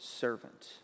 servant